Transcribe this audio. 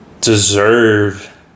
deserve